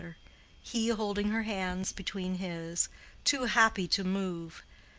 he holding her hands between his too happy to move,